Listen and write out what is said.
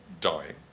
dying